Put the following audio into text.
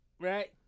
Right